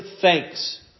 thanks